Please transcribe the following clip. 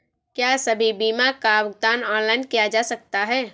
क्या सभी बीमा का भुगतान ऑनलाइन किया जा सकता है?